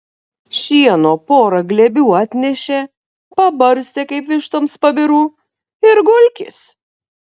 šieno pora glėbių atnešė pabarstė kaip vištoms pabirų ir gulkis